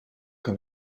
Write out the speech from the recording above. que